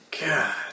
God